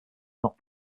not